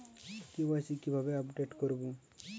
KYC কিভাবে update করব?